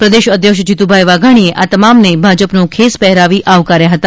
પ્રદેશ અધ્યક્ષ જીતુભાઇ વાઘાણીએ આ તમામને ભાજપનો ખેસ પહેરાવી આવકાર્યા હતા